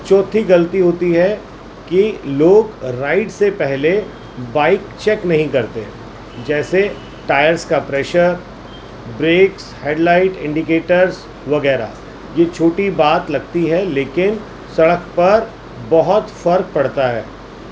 چوتھی غلطی ہوتی ہے کہ لوگ رائڈ سے پہلے بائک چیک نہیں کرتے جیسے ٹائرس کا pressure brakes headlight indicators وغیرہ یہ چھوٹی بات لگتی ہے لیکن سڑک پر بہت فرق پڑتا ہے